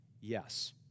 Yes